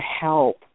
help